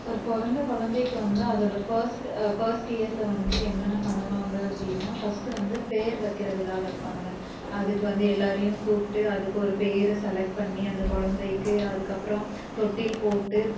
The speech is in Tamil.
ஒரு பிறந்த குழந்தைக்கு வந்து அதோட பர்ஸ்ட்டு பர்ஸ்ட் இயரில் வந்து என்னென்ன பண்ணுவாங்க அப்படினா பர்ஸ்ட்டு வந்து பேர் வைக்கிற விழா வைப்பாங்க அதுக்கு வந்து எல்லாேரையும் கூப்பிட்டு அதுக்கு ஒரு பேரை செலக்ட் பண்ணி அந்த குழந்தைக்கு அதுக்கப்புறம் தொட்டில் போட்டு